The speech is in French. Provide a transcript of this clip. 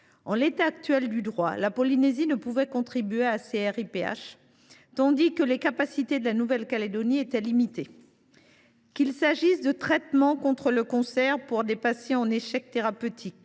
En l’état actuel du droit, la Polynésie ne peut pas contribuer à ces RIPH, tandis que les capacités de la Nouvelle Calédonie sont limitées. Qu’il s’agisse de traitements contre le cancer pour des patients en échec thérapeutique